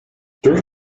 during